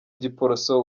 giporoso